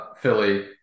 Philly